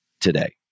today